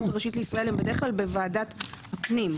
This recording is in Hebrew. הראשית לישראל הם בדרך-כלל בוועדת הפנים,